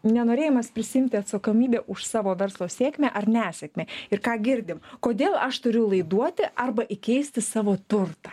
nenorėjimas prisiimti atsakomybę už savo verslo sėkmę ar nesėkmę ir ką girdim kodėl aš turiu laiduoti arba įkeisti savo turtą